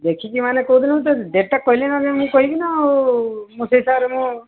ଦେଖିକି ମାନେ କୋଉ ଦିନ ତ ଡେଟ୍ କହିଲେ ନା ମୁଁ କହିବି ନା ଆଉ ମୁଁ ସେଇ ହିସାବରେ ମୁଁ